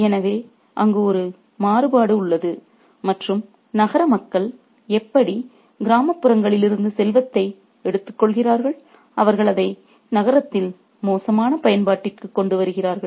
எனவே அங்கு ஒரு மாறுபாடு உள்ளது மற்றும் நகர மக்கள் எப்படி கிராமப்புறங்களிலிருந்து செல்வத்தை எடுத்துக்கொள்கிறார்கள் அவர்கள் அதை நகரத்தில் மோசமான பயன்பாட்டிற்குக் கொண்டு வருகிறார்கள்